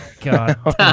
God